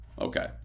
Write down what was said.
Okay